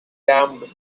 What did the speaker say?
damned